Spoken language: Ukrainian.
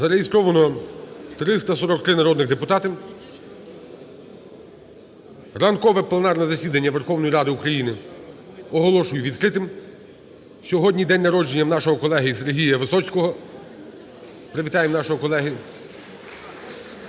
Зареєстровано 343 народних депутати. Ранкове пленарне засідання Верховної Ради України оголошую відкритим. Сьогодні день народження нашого колеги Сергія Висоцького. Привітаємо нашого колегу.